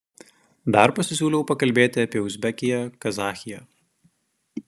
dar pasisiūliau pakalbėti apie uzbekiją kazachiją